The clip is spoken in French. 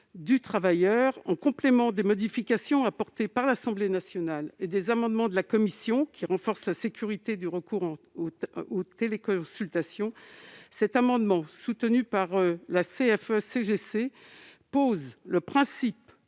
du travailleur. En complément des modifications apportées par l'Assemblée nationale et des amendements adoptés par la commission pour renforcer la sécurité du recours aux téléconsultations, cet amendement, soutenu par la CFE-CGC, vise à poser